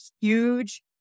huge